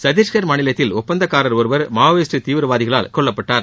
சத்தீஷ்கா் மாநிலத்தில் ஒப்பந்ததாரர் ஒருவர் மாவோயிஸ்ட் தீவிரவாதிகளால் கொல்லப்பட்டார்